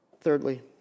Thirdly